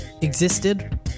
existed